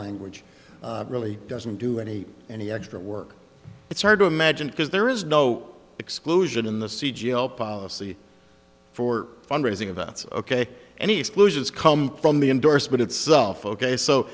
language really doesn't do any any extra work it's hard to imagine because there is no exclusion in the c g all policy for fundraising events ok any exclusions come from the endorsement itself ok so